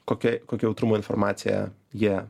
kokia kokio jautrumo informaciją jie